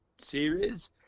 series